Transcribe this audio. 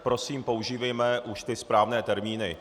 Prosím, používejme už ty správné termíny.